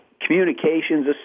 communications